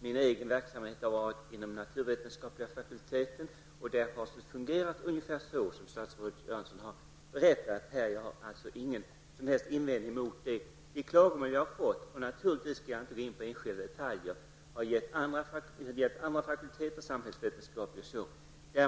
min egen verksamhet har bedrivits inom naturvetenskapliga fakulteten. Där har det fungerat ungefär så som statsrådet Göransson har berättat. Jag har alltså inte någon som helst invändning mot det som Bengt Göransson sade. Jag skall naturligtvis inte gå in på enskilda detaljer, men de klagomål jag har hört har gällt andra fakulteter, bl.a. den samhällsvetenskapliga.